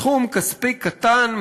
סכום כספי קטן,